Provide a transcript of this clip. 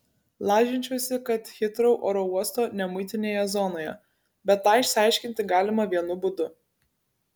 lažinčiausi kad hitrou oro uosto nemuitinėje zonoje bet tą išsiaiškinti galima vienu būdu